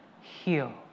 heal